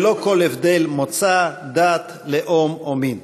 ללא כל הבדל מוצא, דת, לאום או מין.